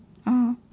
oh